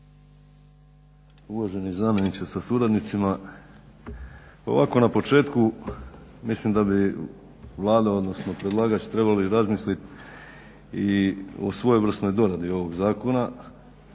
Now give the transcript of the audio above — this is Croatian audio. Uvaženi zamjeniče sa suradnicima. Ovako na početku mislim da bi Vlada odnosno predlagatelj trebali razmisliti i o svojevrsnoj doradi ovog zakona